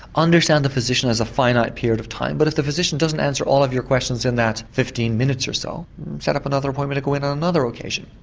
understand the physician has a finite period of time but if the physician doesn't answer all of your questions in that fifteen minutes or so set up another appointment to go in on another occasion.